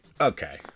okay